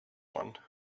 one